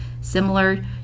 similar